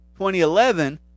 2011